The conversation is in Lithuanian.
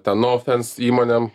tenofens įmonėm